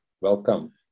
Welcome